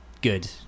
good